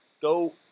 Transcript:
go